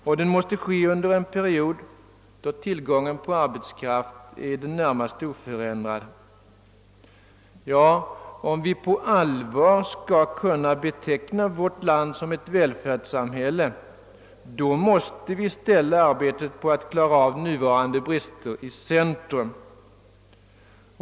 Och den måste ske under en period då tillgången på arbetskraft är i det närmaste oförändrad. Om vi på allvar skall kunna beteckna vårt land som ett välfärdssamhälle måste vi ställa arbetet på att klara av nuvarande brister i centrum.